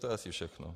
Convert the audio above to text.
To je asi všechno.